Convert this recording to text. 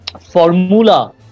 formula